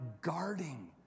guarding